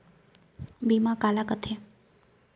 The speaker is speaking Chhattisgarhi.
बीमा काला कइथे?